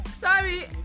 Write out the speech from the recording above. Sorry